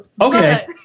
okay